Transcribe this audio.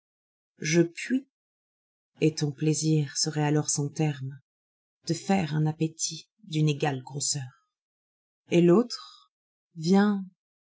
je puis et ton plaisir serait alors sans terme te faire un appétit d'une égale grosseur et l'autre viens